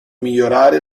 migliorare